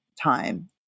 time